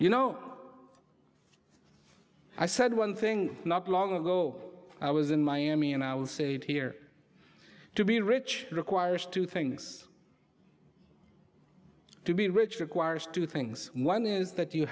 you know i said one thing not long ago i was in miami and i will say here to be rich requires two things to be rich requires two things one is that you